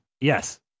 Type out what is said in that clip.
yes